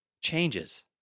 changes